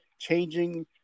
changing